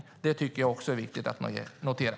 Det tycker jag också är viktigt att notera.